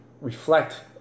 reflect